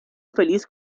feliz